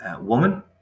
woman